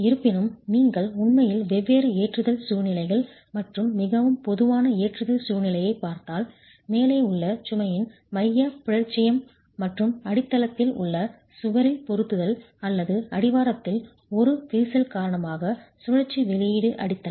இருப்பினும் நீங்கள் உண்மையில் வெவ்வேறு ஏற்றுதல் சூழ்நிலைகள் மற்றும் மிகவும் பொதுவான ஏற்றுதல் சூழ்நிலையைப் பார்த்தால் மேலே உள்ள சுமையின் மையப் பிறழ்ச்சி மற்றும் அடித்தளத்தில் உள்ள சுவரில் பொருத்துதல் அல்லது அடிவாரத்தில் ஒரு விரிசல் காரணமாக சுழற்சி வெளியீடு அடித்தளம்